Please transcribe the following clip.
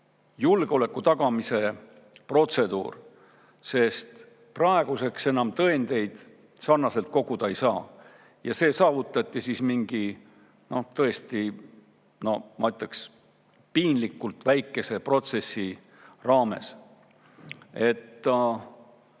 julgeoleku tagamise protseduur, sest praeguseks enam tõendeid sarnaselt koguda ei saa. Ja see saavutati siis mingi, noh, ma ütleks, piinlikult väikese protsessi raames. Minu